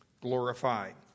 glorified